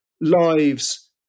lives